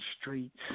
streets